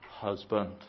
husband